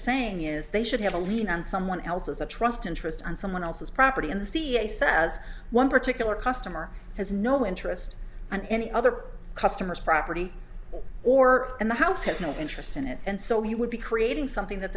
saying is they should have a lien on someone else as a trust interest on someone else's property in ca says one particular customer has no interest in any other customers property or in the house has no interest in it and so he would be creating something that